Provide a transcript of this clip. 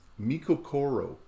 Mikokoro